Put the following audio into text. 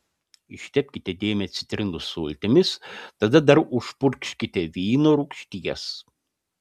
ištepkite dėmę citrinų sultimis tada dar užpurkškite vyno rūgšties